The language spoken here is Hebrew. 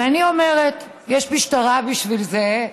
ואני אומרת, יש משטרה בשביל זה,